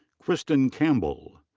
kirsten campbell.